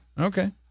Okay